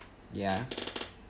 ya